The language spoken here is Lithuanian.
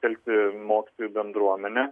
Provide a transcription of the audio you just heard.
telkti mokytojų bendruomenę